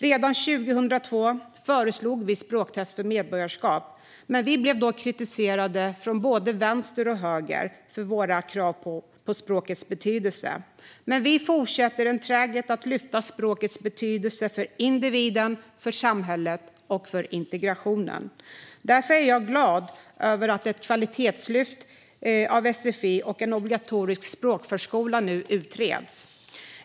Redan 2002 föreslog vi språktest för medborgarskap men blev då kritiserade från både vänster och höger för våra krav när det gäller språkets betydelse. Men vi fortsätter enträget att lyfta upp språkets betydelse för individen, för samhället och för integrationen. Jag är därför glad över att ett kvalitetslyft för sfi och en obligatorisk språkförskola nu utreds.